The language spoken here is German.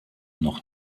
noch